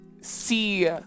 see